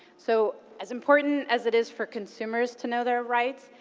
so as important as it is for consumers to know their rights,